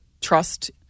trust